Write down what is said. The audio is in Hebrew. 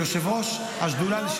כיושב-ראש השדולה,